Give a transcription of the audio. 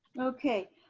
okay.